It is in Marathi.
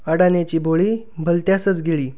अडाण्याची भोळी भलत्यासच गिळी